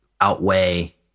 outweigh